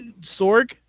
Sorg